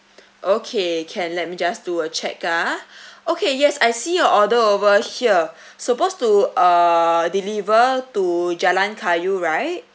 okay can let me just do a check ah okay yes I see your order over here supposed to uh deliver to Jalan Kayu right